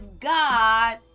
God